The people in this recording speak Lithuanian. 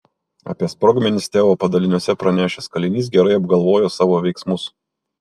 apie sprogmenis teo padaliniuose pranešęs kalinys gerai apgalvojo savo veiksmus